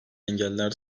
engeller